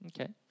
Okay